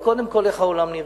אבל קודם כול איך העולם נראה.